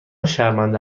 شرمنده